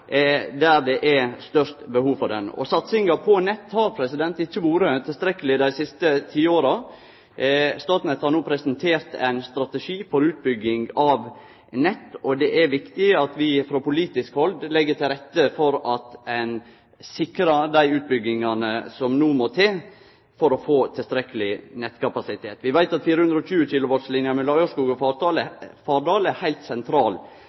der det er størst behov for det. Satsinga på nett har ikkje vore tilstrekkeleg dei siste tiåra. Statnett har no presentert ein strategi for utbygging av nett, og det er viktig at vi frå politisk hald legg til rette for at ein sikrar dei utbyggingane som no må til, for å få tilstrekkeleg nettkapasitet. Vi veit at 420 kV-linja mellom Ørskog og Fardal er heilt sentral